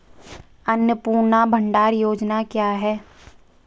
अन्नपूर्णा भंडार योजना क्या है?